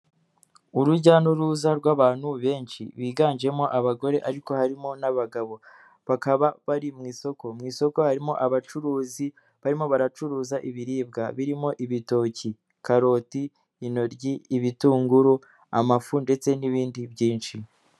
Urujya n'uruza rw'abantu benshi biganjemo abagore ariko harimo n'abagabo bakaba bari mu isoko, mu isoko harimo abacuruzi barimo baracuruza ibiribwa birimo: ibitoki, karoti, intoryi, ibitunguru, amafu ndetse n'ibindi byinshi.